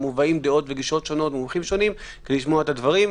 מובאים דעות וגישות שונות ומומחים שונים כדי לשמוע את הדברים,